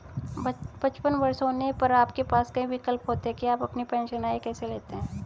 पचपन वर्ष के होने पर आपके पास कई विकल्प होते हैं कि आप अपनी पेंशन आय कैसे लेते हैं